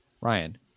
Ryan